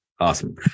awesome